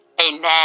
Amen